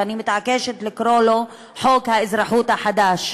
ואני מתעקשת לקרוא לו חוק האזרחות החדש,